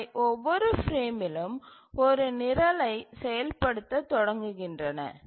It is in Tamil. அவை ஒவ்வொரு பிரேமிலும் ஒரு நிரலை செயல்படுத்தத் தொடங்குகின்றன